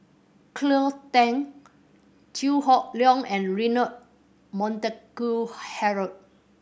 Cleo Thang Chew Hock Leong and Leonard Montague Harrod